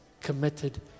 committed